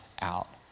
out